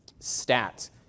Stats